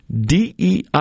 DEI